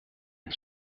een